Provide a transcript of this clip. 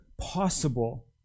possible